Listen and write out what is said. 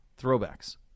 throwbacks